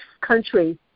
country